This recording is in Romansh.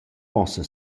possa